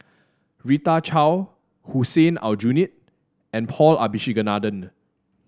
Rita Chao Hussein Aljunied and Paul Abisheganaden